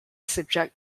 subject